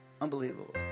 Unbelievable